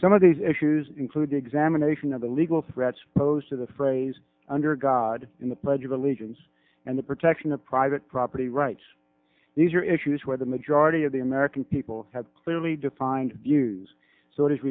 some of these issues including examining action of the legal threats posed to the phrase under god in the pledge of allegiance and the protection of private property rights these are issues where the majority of the american people have clearly defined views so